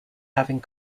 having